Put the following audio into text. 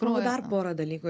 dar porą dalykų